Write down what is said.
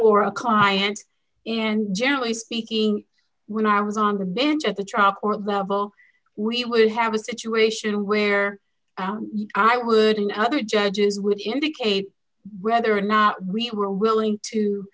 or a comment and generally speaking when i was on the bench at the trial court level we will have a situation where i wouldn't other judges would indicate whether or not we were willing to